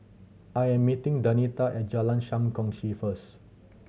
I am meeting Denita at Jalan Sam Kongsi first